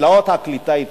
תלאות הקליטה התחילו.